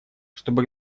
чтобы